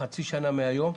לתוקף חצי שנה מהיום,